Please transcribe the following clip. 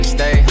Stay